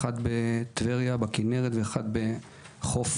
אחד בטבריה בכינרת ואחד באילת,